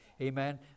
amen